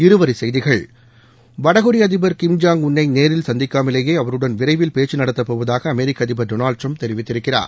இருவரி செய்திகள் வடகொரிய அதிபர் கிம் ஜோங் உள் ஐ நேரில் சந்திக்காமலேயே அவருடன் விரைவில் பேச்சு நடத்தப் போவதாக அமெரிக்க அதிபர் தெரிவித்திருக்கிறார்